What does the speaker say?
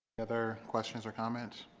other questions or comments